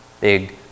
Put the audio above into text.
big